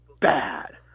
bad